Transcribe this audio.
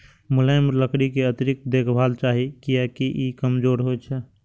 मुलायम लकड़ी कें अतिरिक्त देखभाल चाही, कियैकि ई कमजोर होइ छै